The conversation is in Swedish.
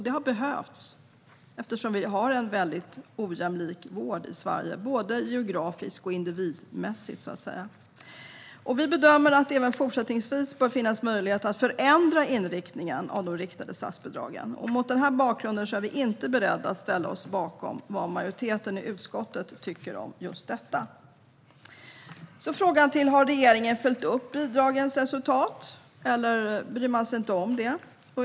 Det har behövts eftersom vi har en väldigt ojämlik vård i Sverige, både geografiskt och individmässigt. Vi bedömer att det även fortsättningsvis bör finnas möjlighet att förändra inriktningen för de riktade statsbidragen. Mot denna bakgrund är vi inte beredda att ställa oss bakom vad majoriteten i utskottet tycker om just detta. Så till frågan om regeringen har följt upp bidragens resultat - eller bryr man sig inte om det?